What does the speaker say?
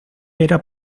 era